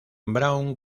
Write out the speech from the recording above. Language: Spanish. braun